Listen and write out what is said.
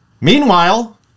Meanwhile